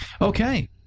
okay